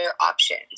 options